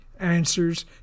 answers